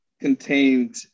contained